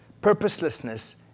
purposelessness